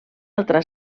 altra